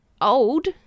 old